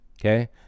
Okay